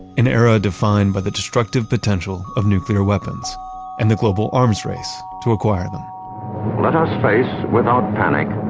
an era defined by the destructive potential of nuclear weapons and the global arms race to acquire them let us face without panic,